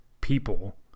people